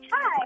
Hi